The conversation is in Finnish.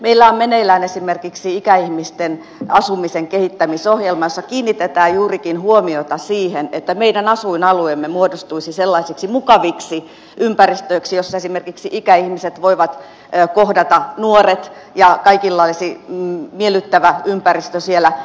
meillä on meneillään esimerkiksi ikäihmisten asumisen kehittämisohjelma jossa kiinnitetään juurikin huomiota siihen että meidän asuinalueemme muodostuisivat sellaisiksi mukaviksi ympäristöiksi joissa esimerkiksi ikäihmiset voivat kohdata nuoret ja kaikilla olisi miellyttävä ympäristö siellä